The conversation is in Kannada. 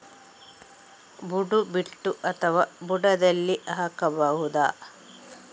ಬುಡ ಬಿಟ್ಟು ಅಥವಾ ಬುಡದಲ್ಲಿ ಹಾಕಬಹುದಾ?